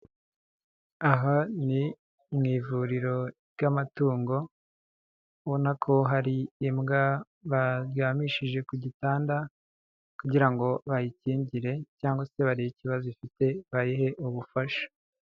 Aha ni mu ivuriro ry'amatungo ubona ko hari imbwa baryamishije ku gitanda kugira ngo bayikingire cyangwa se barebe ikibazo ifite bayihe ubufasha.